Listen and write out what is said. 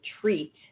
treat